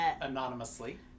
Anonymously